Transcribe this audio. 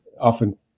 often